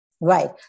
Right